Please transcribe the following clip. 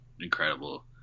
incredible